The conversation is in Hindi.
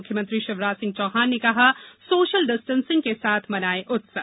मुख्यमंत्री षिवराज सिंह चौहान ने कहा सोषल डिस्टेंसिंग के साथ मनाये उत्सव